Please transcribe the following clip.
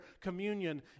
communion